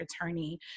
attorney